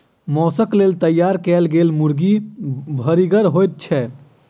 मौसक लेल तैयार कयल गेल मुर्गी भरिगर होइत छै